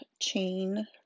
chain